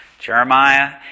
Jeremiah